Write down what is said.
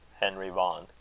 henry vaughan.